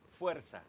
fuerza